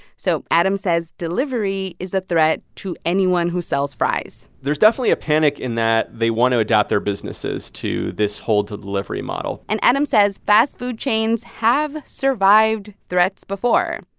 so adam says delivery is a threat to anyone who sells fries there's definitely a panic in that they want to adopt their businesses to this whole delivery model and adam says fast-food chains have survived threats before.